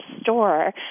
store